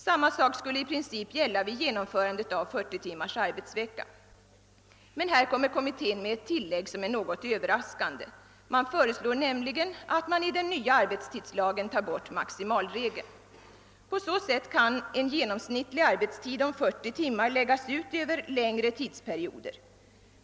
Samma sak skulle i princip gälla vid genomförandet av 40-timmars arbetsvecka. Men här kommer kommittén med ett tillägg som är något överraskande. Man föreslår nämligen att man i den nya arbetstidslagen tar bort maximiregeln. På så sätt kan en genomsnittlig arbetstid om 40 timmar läggas ut över längre tidsperioder.